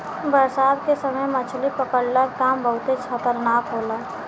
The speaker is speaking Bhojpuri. बरसात के समय मछली पकड़ला के काम बहुते खतरनाक होला